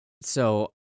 So-